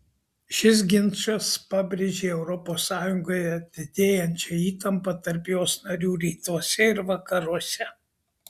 šis ginčas pabrėžė europos sąjungoje didėjančią įtampą tarp jos narių rytuose ir vakaruose